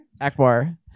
Akbar